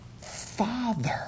father